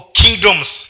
kingdoms